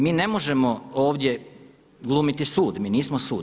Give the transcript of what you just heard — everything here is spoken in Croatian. Mi ne možemo ovdje glumiti sud, mi nismo sud.